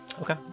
okay